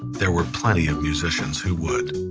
there were plenty of musicians who would